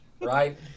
Right